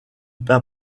peint